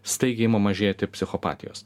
staigiai ima mažėti psichopatijos